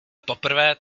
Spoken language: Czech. poprvé